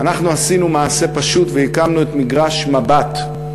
אנחנו עשינו מעשה פשוט: הקמנו את מגרש "מבט",